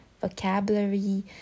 vocabulary